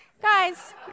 Guys